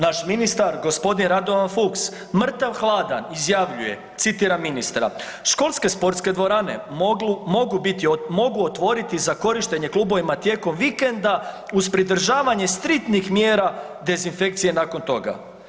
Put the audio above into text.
Naš ministar gospodin Radovan Fuchs mrtav hladan izjavljuje, citiram ministra „Školske sportske dvorane mogu otvoriti za korištenje klubovima tijekom vikenda uz pridržavanje striktnih mjera dezinfekcije nakon toga“